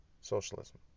socialism